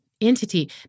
entity